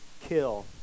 kill